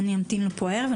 אני אמתין לו פה הערב,